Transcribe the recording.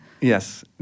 Yes